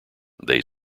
they